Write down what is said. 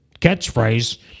catchphrase